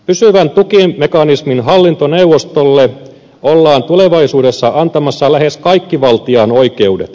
pysyvän tukimekanismin hallintoneuvostolle ollaan tulevaisuudessa antamassa lähes kaikkivaltiaan oikeudet